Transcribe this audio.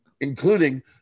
including